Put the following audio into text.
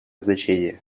значение